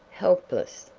helpless.